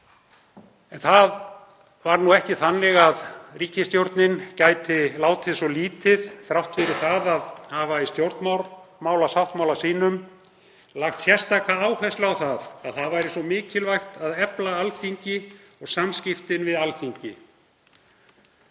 En það var nú ekki þannig að ríkisstjórnin gæti látið svo lítið að hafa samráð, þrátt fyrir að hafa í stjórnarsáttmála sínum lagt sérstaka áherslu á að það væri svo mikilvægt að efla Alþingi og samskiptin við Alþingi.